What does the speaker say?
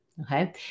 Okay